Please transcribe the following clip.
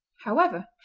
however,